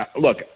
look